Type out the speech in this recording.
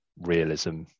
realism